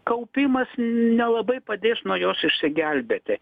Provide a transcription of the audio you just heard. kaupimas nelabai padės nuo jos išsigelbėti